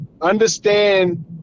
Understand